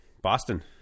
Boston